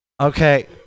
Okay